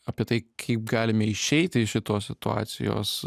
apie tai kaip galime išeiti iš šitos situacijos